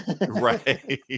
Right